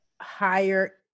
higher